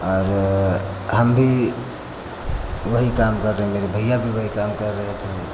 और हम भी वही काम कर रहे हैं मेरे भइया भी वही काम कर रहे थे